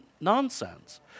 nonsense